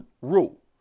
rule